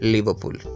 Liverpool